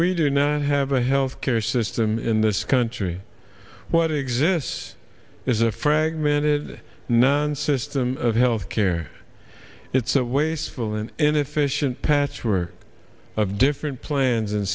we do not have a health care system in this country what exists is a fragmented none system of health care it's a wasteful and inefficient patchwork of different plans and